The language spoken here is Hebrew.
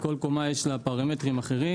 בגלל שלכל קומה יש פרמטרים אחרים.